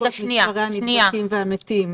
לא בעקבות מספרי הנדבקים והמתים,